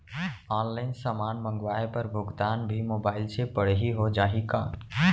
Online समान मंगवाय बर भुगतान भी मोबाइल से पड़ही हो जाही का?